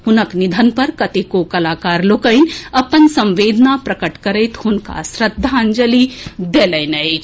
हुनक निधन पर कतेको कलाकार लोकनि अपन संवेदना प्रकट करैत हुनका श्रद्धांजलि देलनि अछि